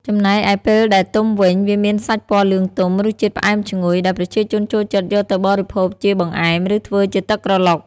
ចំណែកឯពេលដែលទុំវិញ វាមានសាច់ពណ៌លឿងទុំ រសជាតិផ្អែមឈ្ងុយ ដែលប្រជាជនចូលចិត្តយកទៅបរិភោគជាបង្អែម ឬធ្វើជាទឹកក្រឡុក។